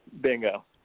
Bingo